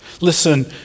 Listen